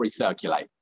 recirculate